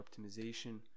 optimization